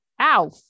ow